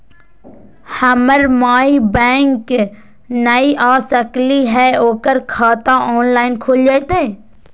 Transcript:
हमर माई बैंक नई आ सकली हई, ओकर खाता ऑनलाइन खुल जयतई?